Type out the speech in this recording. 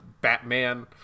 Batman